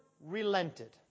relented